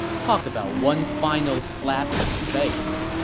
talk about one final slap in the face